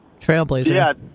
Trailblazer